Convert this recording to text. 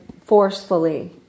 forcefully